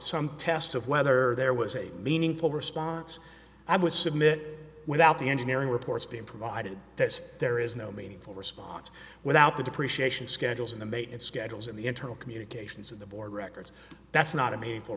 some test of whether there was a meaningful response i would submit without the engineering reports being provided that there is no meaningful response without the depreciation schedules and the mate and schedules and the internal communications of the board records that's not a meaningful